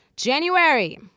January